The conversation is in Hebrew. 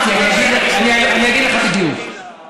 יגיע תקציב המדינה, תגיד: